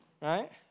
Right